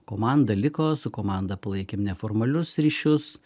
komanda liko su komanda palaikėm neformalius ryšius